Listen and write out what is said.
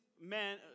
men